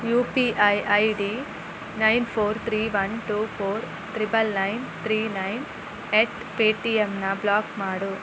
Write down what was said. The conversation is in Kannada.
you P I I D nine four three one two four triple nine three nine eight ಪೇಟಿಯಮ್ಮನ್ನು ಬ್ಲಾಕ್ ಮಾಡು